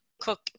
cook